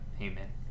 Amen